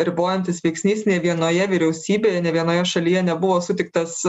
ribojantis veiksnys nė vienoje vyriausybėje nė vienoje šalyje nebuvo sutiktas